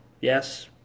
Yes